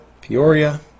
Peoria